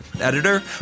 Editor